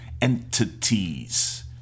Entities